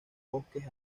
bosques